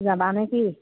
যাবানে কি